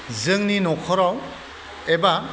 जोंनि न'खराव एबा